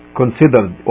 considered